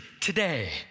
today